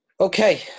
Okay